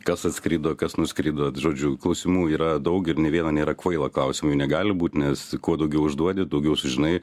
kas atskrido kas nuskrido žodžiu klausimų yra daug ir nė vieno nėra kvailo klausimo jų negali būt nes kuo daugiau užduodi daugiau sužinai